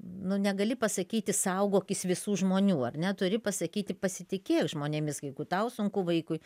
nu negali pasakyti saugokis visų žmonių ar ne turi pasakyti pasitikėk žmonėmis jeigu tau sunku vaikui